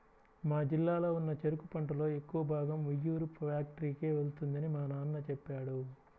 మా జిల్లాలో ఉన్న చెరుకు పంటలో ఎక్కువ భాగం ఉయ్యూరు ఫ్యాక్టరీకే వెళ్తుందని మా నాన్న చెప్పాడు